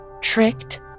tricked